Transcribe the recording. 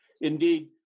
Indeed